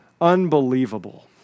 unbelievable